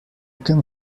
can